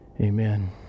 Amen